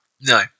No